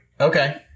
Okay